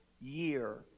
year